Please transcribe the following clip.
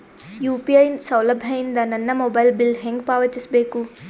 UPI ಸೌಲಭ್ಯ ಇಂದ ನನ್ನ ಮೊಬೈಲ್ ಬಿಲ್ ಹೆಂಗ್ ಪಾವತಿಸ ಬೇಕು?